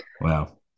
Wow